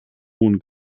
hohen